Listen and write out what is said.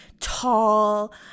tall